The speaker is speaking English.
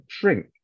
drink